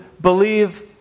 believe